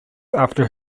after